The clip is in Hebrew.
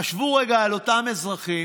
תחשבו רגע על אותם אזרחים,